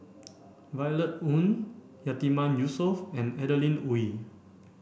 Violet Oon Yatiman Yusof and Adeline Ooi